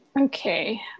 okay